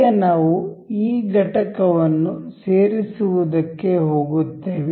ಈಗ ನಾವು ಈ ಘಟಕವನ್ನು ಸೇರಿಸುವದಕ್ಕೆ ಹೋಗುತ್ತೇವೆ